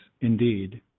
indeed